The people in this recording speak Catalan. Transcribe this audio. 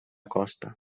costa